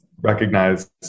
recognize